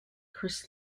chris